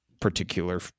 particular